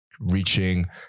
reaching